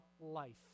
life